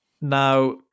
Now